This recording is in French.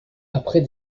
après